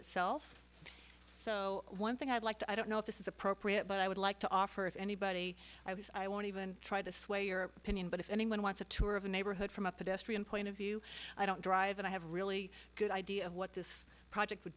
itself so one thing i'd like to i don't know if this is appropriate but i would like to offer if anybody i was i won't even try to sway your opinion but if anyone wants a tour of the neighborhood from a pedestrian point of view i don't drive that i have really good idea of what this project w